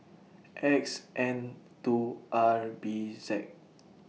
X N two R B Z